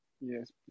Yes